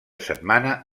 setmana